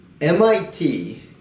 MIT